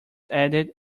added